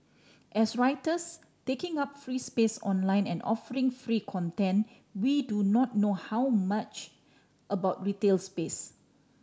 as writers taking up free space online and offering free content we do not know how much about retail space